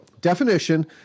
definition